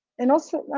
and also, i